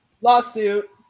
Lawsuit